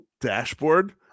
dashboard